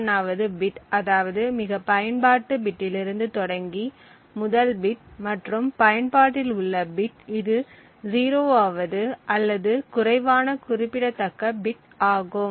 31 வது பிட் அதாவது மிக பயன்பாட்டு பிட்டிலிருந்து தொடங்கி முதல் பிட் மற்றும் பயன்பாட்டில் உள்ள பிட் இது 0 வது அல்லது குறைவான குறிப்பிடத்தக்க பிட் ஆகும்